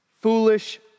foolish